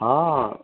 हाँ